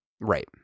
Right